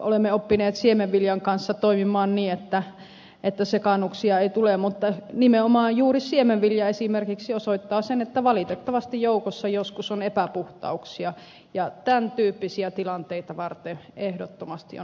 olemme oppineet siemenviljan kanssa toimimaan niin että sekaannuksia ei tule mutta nimenomaan juuri siemenvilja esimerkiksi osoittaa sen että valitettavasti joukossa joskus on epäpuhtauksia ja tämän tyyppisiä tilanteita varten ehdottomasti on oltava säännöstö